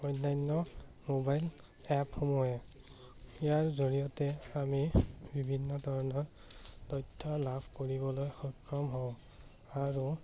অন্যান্য মোবাইল এপসমূহে ইয়াৰ জৰিয়তে আমি বিভিন্ন ধৰণৰ তথ্য লাভ কৰিবলৈ সক্ষম হওঁ আৰু